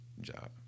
job